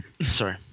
sorry